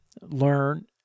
learn